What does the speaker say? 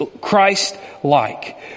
Christ-like